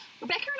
rebecca